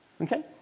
okay